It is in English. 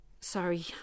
Sorry